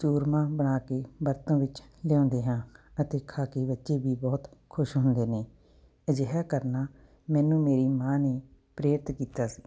ਚੂਰਮਾਂ ਬਣਾ ਕੇ ਵਰਤੋਂ ਵਿੱਚ ਲਿਆਉਂਦੇ ਹਾਂ ਅਤੇ ਖਾ ਕੇ ਬੱਚੇ ਵੀ ਬਹੁਤ ਖੁਸ਼ ਹੁੰਦੇ ਨੇ ਅਜਿਹਾ ਕਰਨਾ ਮੈਨੂੰ ਮੇਰੀ ਮਾਂ ਨੇ ਪ੍ਰੇਰਿਤ ਕੀਤਾ ਸੀ